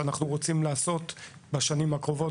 ההסברה שאנחנו רוצים לעשות בשנים הקרובות.